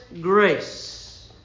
grace